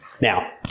Now